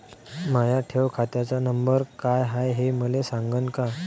माया ठेव खात्याचा नंबर काय हाय हे मले सांगान का?